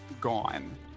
gone